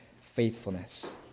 faithfulness